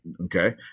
okay